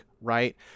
right